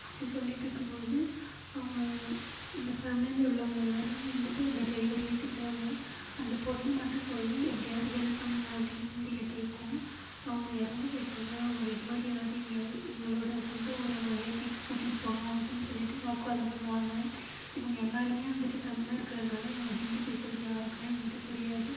அப்படி சொல்லிகிட்ருக்கும்போது அவங்க அந்த ஃபேமிலியில உள்ளவங்கள் எல்லாருமே வந்துட்டு அந்த ட்ரைவரையே திட்டுவாங்கள் அந்த பொண்ணு மட்டும் போய் எப்படியாது ஹெல்ப் பண்ணுங்கள் அப்படின்னு ஹிந்தியில கேட்கும் அவங்க இறந்து போய்ட்டாங்க அவங்க டெட் பாடியாவது எங்கியாவது எங்களோட சொந்த ஊரான அயோத்திக்கு கூட்டிட்டு போகணும் அப்படின்னு சொல்லிட்டு வாக்குவாதம் பண்ணுவாங்கள் இவங்க எல்லாருமே வந்துட்டு தமிழா இருக்கிறதுனால இவங்க ஹிந்தி பேசுகிறது யாருக்குமே வந்துட்டு புரியாது